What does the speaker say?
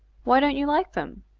why don't you like them?